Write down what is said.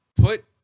put